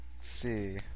see